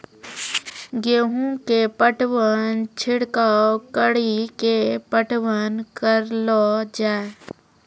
गेहूँ के पटवन छिड़काव कड़ी के पटवन करलो जाय?